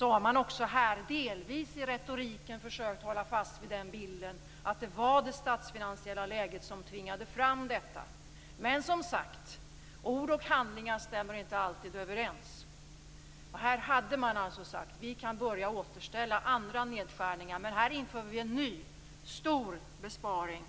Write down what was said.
Också här har man i retoriken delvis försökt hålla fast vid bilden att det var det statsfinansiella läget som tvingade fram detta. Men som sagt: Ord och handlingar stämmer inte alltid överens. Vad man hade sagt var: Vi kan börja återställa andra nedskärningar, men här inför vi en ny stor besparing.